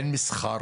אין מסחר,